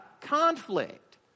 conflict